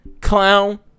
Clown